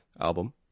album